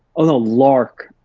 oh, no, lark,